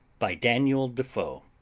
by daniel defoe